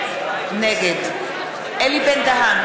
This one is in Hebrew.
נגד אלי בן-דהן,